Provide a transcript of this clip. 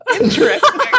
interesting